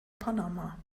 panama